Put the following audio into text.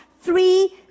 three